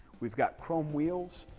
we've got chrome wheels,